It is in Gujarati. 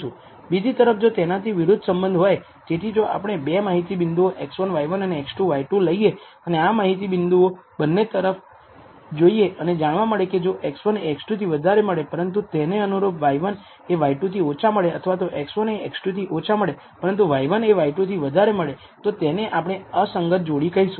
બીજી તરફ જો તેનાથી વિરુદ્ધ સંબંધ હોય તેથી જો આપણે 2 માહિતી બિંદુઓ x1 y1 અને x2 y2 લઈએ અને આ માહિતી બંને તરફ જોઈએ અને જાણવા મળે કે જો x1 એ x2 થી વધારે મળે પરંતુ તેને અનુરૂપ y1 એ y2 થી ઓછા મળે અથવા તો x1 એ x2 થી ઓછા મળે પરંતુ y1 એ y2 થી વધારે મળે તો તેને આપણે અસંગત જોડી કહીશું